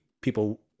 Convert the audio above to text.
people